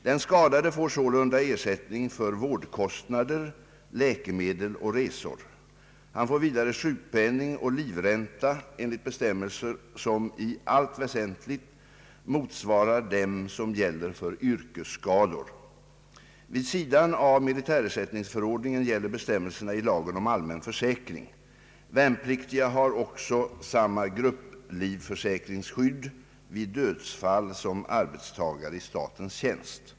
Den skadade får sålunda ersättning för vårdkostnader, läkemedel och resor. Han får vidare sjukpenning och livränta enligt bestämmelser som i allt väsentligt motsvarar dem som gäller för yrkesskador. Vid sidan av militärersättningsförordningen gäller bestämmelserna i lagen om allmän försäkring. Värnpliktiga har också samma grupplivförsäkringsskydd vid dödsfall som arbetstagare i statens tjänst.